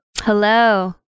Hello